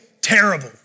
terrible